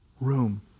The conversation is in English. room